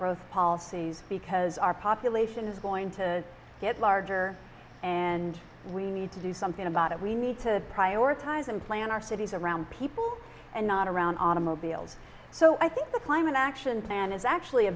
growth policies because our population is going to get larger and we need to do something about it we need to prioritize and plan our cities around people and not around automobiles so i think the climate action plan is actually a